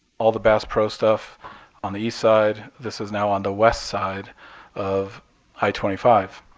all the bass pro stuff on the east side? this is now on the west side of i twenty five,